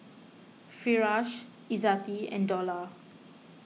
Firash Izzati and Dollah